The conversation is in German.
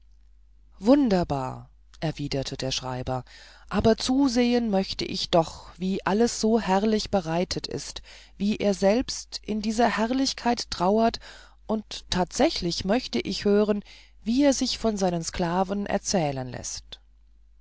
wunderbar erwiderte der schreiber aber zusehen möchte ich doch wie alles so herrlich bereitet ist wie er selbst in dieser herrlichkeit trauert und hauptsächlich möchte ich zuhören wie er sich von seinen sklaven erzählen läßt